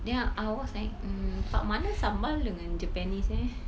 then I was like mm part mana sambal dengan japanese eh